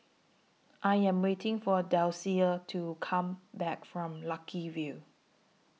I Am waiting For Dulcie to Come Back from Lucky View